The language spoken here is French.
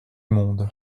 monde